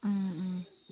ꯎꯝ ꯎꯝ